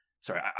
sorry